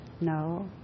No